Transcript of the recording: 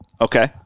okay